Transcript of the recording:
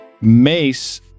Mace